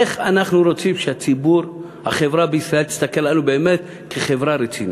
איך אנחנו רוצים שהחברה בישראל תסתכל עלינו כחברה רצינית?